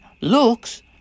looks